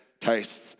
tastes